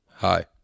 hi